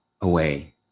away